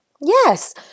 Yes